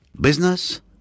Business